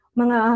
mga